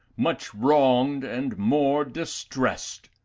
much wronged and more distressed!